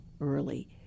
early